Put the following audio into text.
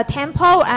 temple